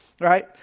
Right